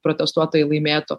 protestuotojai laimėtų